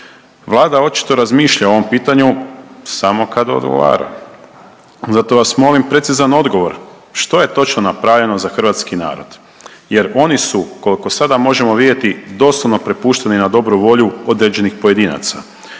Vlada očito razmišlja o ovom pitanju samo kad odgovara zato vas molim precizan odgovor što je točno napravljeno za hrvatski narod jer oni su koliko sada možemo vidjeti doslovno prepušteni na dobru volju određenih pojedinaca.